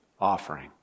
offering